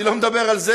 אני לא מדבר על זה,